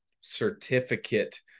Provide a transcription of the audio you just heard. certificate